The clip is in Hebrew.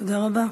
תודה רבה.